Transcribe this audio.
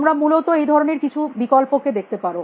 তোমরা মূলত এই ধরনের কিছু বিকল্পকে দেখতে পারো